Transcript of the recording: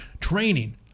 training